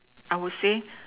I will say